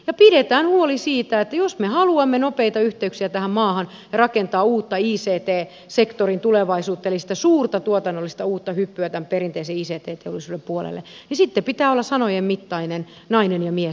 pidetään huoli siitä että jos me haluamme nopeita yhteyksiä tähän maahan ja rakentaa uutta ict sektorin tulevaisuutta eli sitä suurta tuotannollista uutta hyppyä tämän perinteisen ict teollisuuden puolelle niin sitten pitää olla sanojen mittainen nainen ja mies